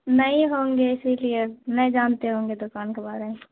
نہیں ہوں گے اسی لیے نے جانتے ہوں گے دوکان کے بارے میں